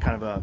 kind of ah